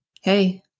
Hey